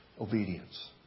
obedience